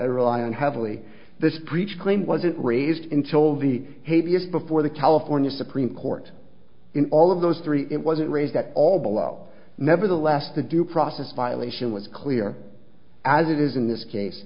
i relied on heavily this breach claim wasn't raised until the hay b s before the california supreme court in all of those three it wasn't raised at all below nevertheless the due process violation was clear as it is in this case